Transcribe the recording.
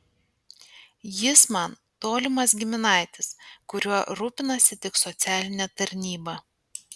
jis man tolimas giminaitis kuriuo rūpinasi tik socialinė tarnyba